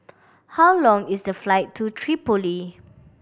how long is the flight to Tripoli